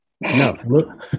No